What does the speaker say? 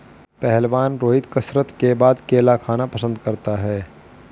पहलवान रोहित कसरत के बाद केला खाना पसंद करता है